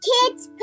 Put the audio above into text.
Kids